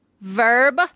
verb